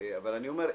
אבל אני אומר,